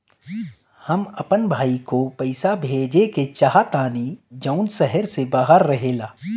हम अपन भाई को पैसा भेजे के चाहतानी जौन शहर से बाहर रहेला